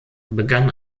begann